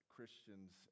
Christians